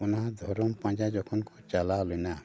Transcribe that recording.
ᱚᱱᱟ ᱫᱷᱚᱨᱚᱢ ᱯᱟᱸᱡᱟ ᱡᱷᱚᱠᱷᱚᱱ ᱠᱚ ᱪᱟᱞᱟᱣ ᱞᱮᱱᱟ